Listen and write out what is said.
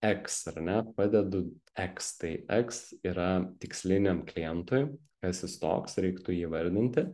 eks ar ne padedu eks tai eks yra tiksliniam klientui kas jis toks reiktų jį įvardinti